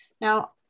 now